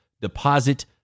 deposit